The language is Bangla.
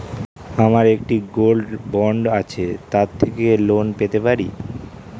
আমার একটি গোল্ড বন্ড আছে তার থেকে কি লোন পেতে পারি?